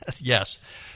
yes